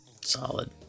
solid